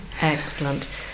excellent